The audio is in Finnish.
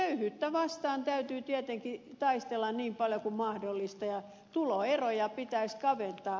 köyhyyttä vastaan täytyy tietenkin taistella niin paljon kuin mahdollista ja tuloeroja pitäisi kaventaa